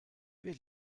wir